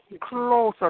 closer